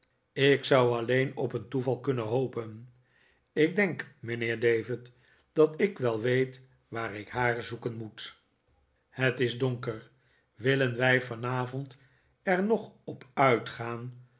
ik zou alleen op een toeval kunnen hopen ik denk mijnheer david dat ik wel weet waar ik haar zoeken moet het is donker willen wij vanavond er nog op uitgaan